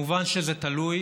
כמובן שזה תלוי